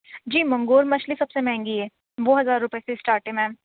جی منگول مچھلی سب سے مہنگی ہے وہ ہزار روپئے سے اسٹارٹ ہے میم